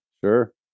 Sure